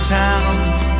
towns